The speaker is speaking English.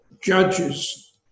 judges